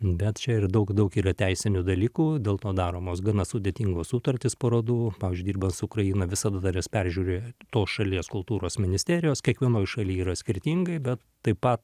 bet čia ir daug daug yra teisinių dalykų dėl to daromos gana sudėtingos sutartys parodų pavyzdžiui dirbant su ukraina visada dar jas peržiūri tos šalies kultūros ministerijos kiekvienoj šaly yra skirtingai bet taip pat